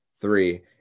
three